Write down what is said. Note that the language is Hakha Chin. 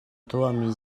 tuahmi